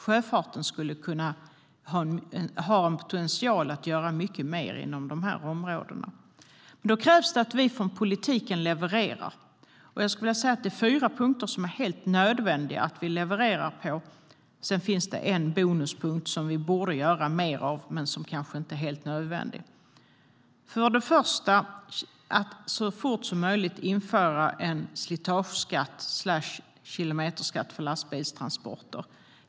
Sjöfarten skulle kunna ha en potential att göra mycket mer inom de här områdena. Då krävs det dock att vi från politiken levererar. Jag skulle vilja säga att det finns fyra punkter som det är helt nödvändigt att vi levererar på. Sedan finns det en bonuspunkt vi borde göra mer av men som kanske inte är helt nödvändig. För det första gäller det att så fort som möjligt införa en slitageskatt eller kilometerskatt för lastbilstransporter.